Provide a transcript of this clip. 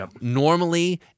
normally